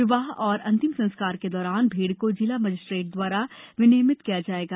विवाह और अंतिम संस्कार के दौरान भीड़ को जिला मजिस्ट्रेट द्वारा विनियमित किया जाएगा